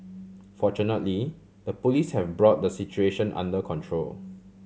fortunately the Police have brought the situation under control